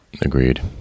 agreed